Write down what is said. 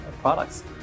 products